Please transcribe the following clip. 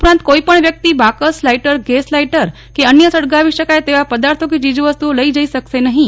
ઉપરાંત કોઈપણ વ્યક્તિ બાકસ લાઈટર ગેસ લાઈટર કે અન્ય સળગાવી શકાય તેવા પદાર્થો કે ચીજવસ્તુઓ લઈ જઈ શકશે નહીં